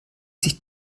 sich